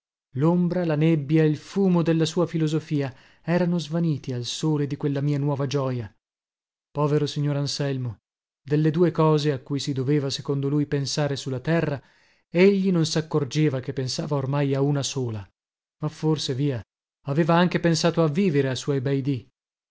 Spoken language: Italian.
lombra la nebbia il fumo della sua filosofia erano svaniti al sole di quella mia nuova gioja povero signor anselmo delle due cose a cui si doveva secondo lui pensare su la terra egli non saccorgeva che pensava ormai a una sola ma forse via aveva anche pensato a vivere a suoi bei dì